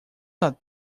not